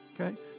okay